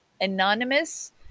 Anonymous